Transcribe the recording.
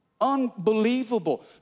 Unbelievable